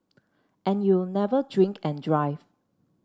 and you'll never drink and drive